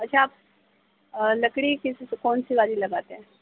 اچھا آپ لکڑی کس کون سی والی لگاتے ہیں